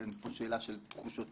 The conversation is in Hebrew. וזאת שאלה של תחושותיי,